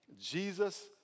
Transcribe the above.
Jesus